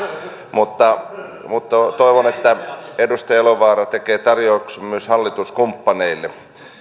hän halaa mutta toivon että edustaja elovaara tekee tarjouksen myös hallituskumppaneille